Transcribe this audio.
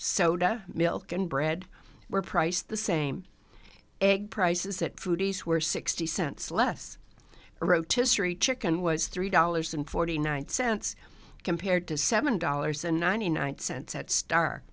soda milk and bread were priced the same egg prices that foodies were sixty cents less rotisserie chicken was three dollars and forty nine cents compared to seven dollars and ninety nine cents at star